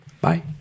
Bye